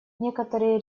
некоторые